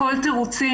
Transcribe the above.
הכל תירוצים.